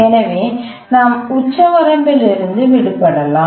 எனவே நாம் உச்சவரம்பிலிருந்து விடுபடலாம்